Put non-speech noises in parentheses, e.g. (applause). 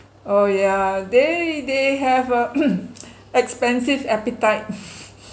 oh yeah they they have a (noise) expensive appetite (breath)